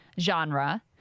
genre